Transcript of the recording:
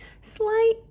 slight